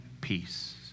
peace